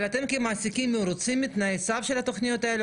אבל אתם כמעסיקים מרוצים מתנאי הסף של התכניות האלה?